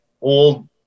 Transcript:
old